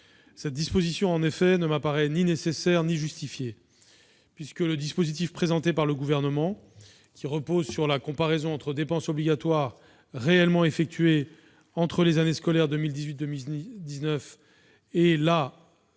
Cette disposition ne m'apparaît en effet ni nécessaire ni justifiée, puisque le dispositif présenté par le Gouvernement, qui repose sur la comparaison entre dépenses obligatoires réellement effectuées entre les années scolaires 2018-2019 et les